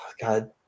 God